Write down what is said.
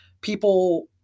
people